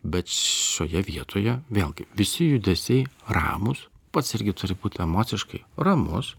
bet šioje vietoje vėlgi visi judesiai ramūs pats irgi turi būt emociškai ramus